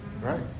right